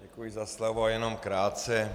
Děkuji za slovo, jenom krátce.